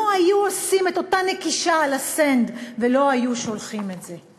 לא היו עושים את אותה נקישה על ה-send ולא היו שולחים את זה.